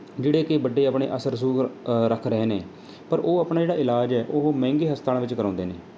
ਜਿਹੜੇ ਕਿ ਵੱਡੇ ਆਪਣੇ ਅਸਰ ਰਸੂਖ ਰੱਖ ਰਹੇ ਨੇ ਪਰ ਉਹ ਆਪਣਾ ਜਿਹੜਾ ਇਲਾਜ ਹੈ ਉਹ ਮਹਿੰਗੇ ਹਸਪਤਾਲਾਂ ਵਿੱਚ ਕਰਾਉਂਦੇ ਨੇ